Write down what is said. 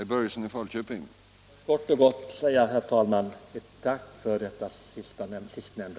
Herr talman! Jag vill kort och gott säga ett tack för detta sista besked.